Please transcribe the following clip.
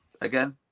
again